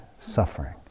Suffering